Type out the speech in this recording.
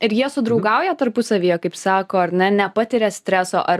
ir jie sudraugauja tarpusavyje kaip sako ar ne nepatiria streso ar